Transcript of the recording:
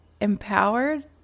empowered